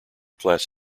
class